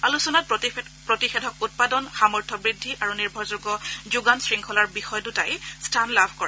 আলোচনাত প্ৰতিষেধক উৎপাদন সামৰ্থ বৃদ্ধি আৰু নিৰ্ভৰযোগ্য যোগান শৃংখলাৰ বিষয় দুটাই স্থান লাভ কৰে